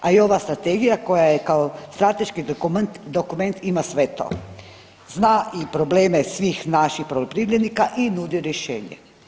A i ova strategija koja je kao strateški dokument ima sve to, zna i probleme svih naših poljoprivrednika i nudi rješenje.